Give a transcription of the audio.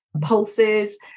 pulses